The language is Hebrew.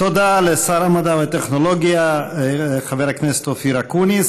תודה לשר המדע והטכנולוגיה חבר הכנסת אופיר אקוניס.